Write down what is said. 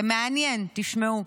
זה מעניין, תשמעו.